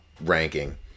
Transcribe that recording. ranking